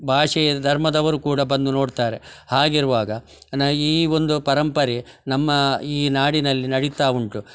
ಭಾಷೆ ಧರ್ಮದವರು ಕೂಡ ಬಂದು ನೋಡ್ತಾರೆ ಹಾಗಿರುವಾಗ ಈ ಒಂದು ಪರಂಪರೆ ನಮ್ಮ ಈ ನಾಡಿನಲ್ಲಿ ನಡಿತಾ ಉಂಟು